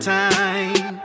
time